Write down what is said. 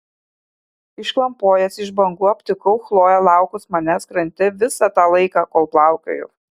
išklampojęs iš bangų aptikau chloję laukus manęs krante visą tą laiką kol plaukiojau